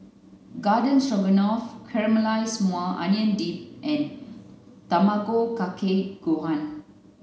Garden Stroganoff Caramelized Maui Onion Dip and Tamago Kake Gohan